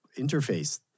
interface